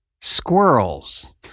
squirrels